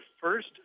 first